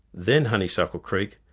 then honeysuckle creek,